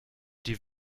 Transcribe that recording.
die